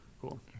Cool